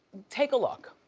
take a look.